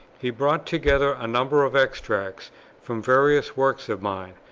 he brought together a number of extracts from various works of mine,